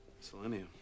Selenium